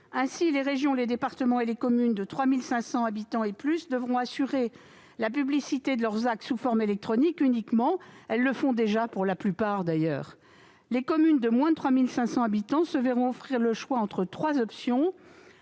Ainsi, les régions, les départements et les communes de 3 500 habitants et plus devront assurer la publicité de leurs actes sous forme électronique uniquement ; d'ailleurs, la plupart le font déjà. Les communes de moins de 3 500 habitants se verront offrir le choix entre trois options